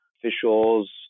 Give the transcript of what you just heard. officials